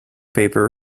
paper